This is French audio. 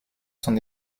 sont